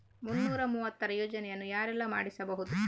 ಮುನ್ನೂರ ಮೂವತ್ತರ ಯೋಜನೆಯನ್ನು ಯಾರೆಲ್ಲ ಮಾಡಿಸಬಹುದು?